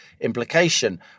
implication